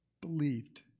believed